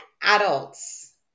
adults